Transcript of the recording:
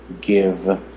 give